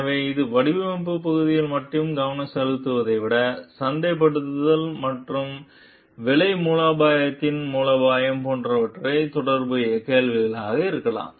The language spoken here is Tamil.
எனவே இது வடிவமைப்பு பகுதியில் மட்டுமே கவனம் செலுத்துவதை விட சந்தைப்படுத்தல் மற்றும் விலை மூலோபாயத்தின் மூலோபாயம் போன்றவை தொடர்பான கேள்விகளாக இருக்கலாம்